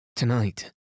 Tonight